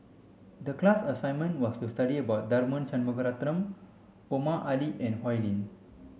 the class assignment was to study about Tharman Shanmugaratnam Omar Ali and Oi Lin